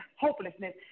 hopelessness